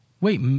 wait